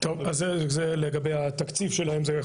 אז זה לגבי סל מדע שחוזר לסדר היום וגם מתוקצב.